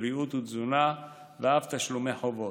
בריאות ותזונה ואף תשלומי חובות.